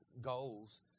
goals